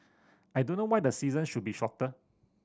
I don't know why the season should be shorter